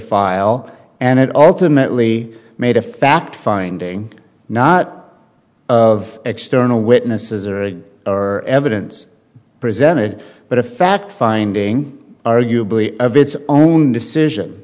file and it ultimately made a fact finding not of external witnesses or evidence presented but a fact finding arguably of its own decision